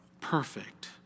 perfect